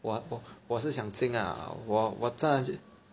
我我我是想进 lah 我我